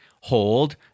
hold